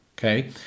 Okay